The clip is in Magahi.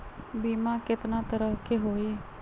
बीमा केतना तरह के होइ?